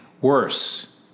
worse